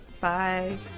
bye